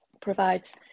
provides